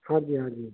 हाँ जी हाँ जी